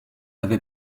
avait